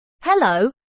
hello